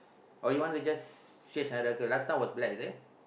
or you want to just switch to other last time was black is it